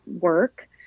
work